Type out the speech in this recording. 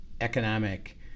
economic